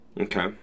Okay